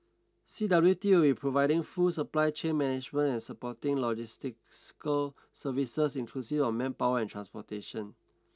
C W T will be providing full supply chain management and supporting logistical services inclusive of manpower and transportation